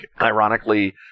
ironically